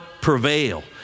prevail